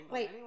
Wait